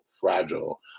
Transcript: fragile